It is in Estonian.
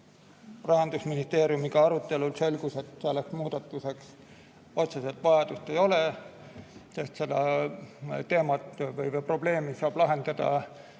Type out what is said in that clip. Rahandusministeeriumiga selgus, et selleks muudatuseks otseselt vajadust ei ole, sest seda teemat või probleemi saab lahendada